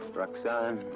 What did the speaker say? roxane?